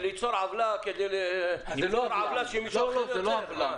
ליצור עוולה זה לא נימוק.